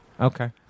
Okay